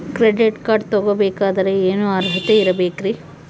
Credit card ತೊಗೋ ಬೇಕಾದರೆ ಏನು ಅರ್ಹತೆ ಇರಬೇಕ್ರಿ?